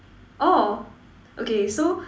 orh okay so